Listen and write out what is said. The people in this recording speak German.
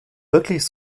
wirklich